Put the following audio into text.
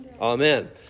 Amen